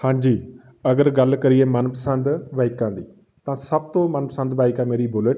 ਹਾਂਜੀ ਅਗਰ ਗੱਲ ਕਰੀਏ ਮਨਪਸੰਦ ਬਾਈਕਾਂ ਦੀ ਤਾਂ ਸਭ ਤੋਂ ਮਨਪਸੰਦ ਬਾਈਕ ਆ ਮੇਰੀ ਬੁਲਟ